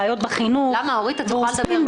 יודעת שזה לא פופוליסטי